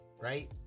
right